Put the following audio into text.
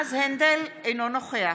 יועז הנדל, אינו נוכח